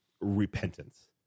repentance